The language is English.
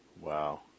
Wow